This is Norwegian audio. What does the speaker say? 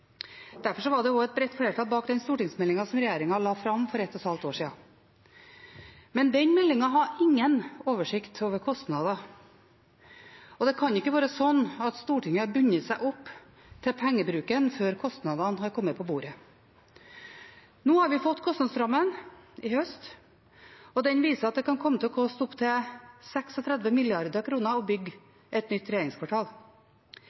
var det også et bredt flertall bak den stortingsmeldingen som regjeringen la fram for 1,5 år siden. Men den meldingen har ingen oversikt over kostnader, og det kan ikke være slik at Stortinget har bundet seg opp til pengebruken før kostnadene har kommet på bordet. Nå har vi fått kostnadsrammen i høst, og den viser at det kan komme til å koste opptil 36 mrd. kr å